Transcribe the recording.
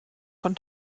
von